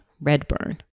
Redburn